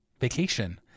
vacation